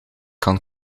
kan